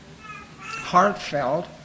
heartfelt